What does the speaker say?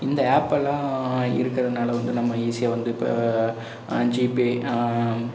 இந்த ஆப்பெலாம் இருக்குறதுனால வந்து நம்ம ஈஸியாக வந்து இப்போ ஜிபே